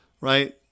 right